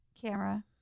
camera